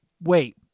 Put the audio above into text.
wait